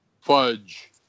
fudge